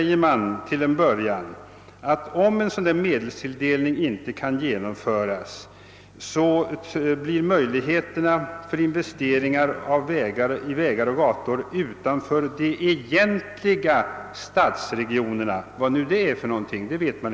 Man skriver till att börja med att om den angivna medelstilldelningen inte kan komma till stånd torde möjligheterna till investeringar i vägar och ga tor utanför »de egentliga stadsregionerna» — vad nu det är för något — bli små.